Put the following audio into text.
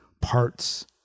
parts